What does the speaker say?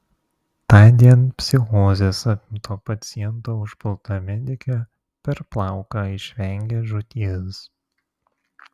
tądien psichozės apimto paciento užpulta medikė per plauką išvengė žūties